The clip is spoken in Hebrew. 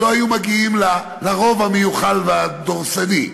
שלא היו מגיעים לרוב המיוחל והדורסני.